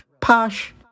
Posh